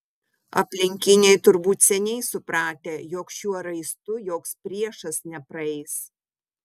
aplinkiniai turbūt seniai supratę jog šiuo raistu joks priešas nepraeis